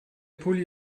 pulli